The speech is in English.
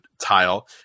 tile